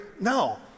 No